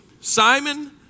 Simon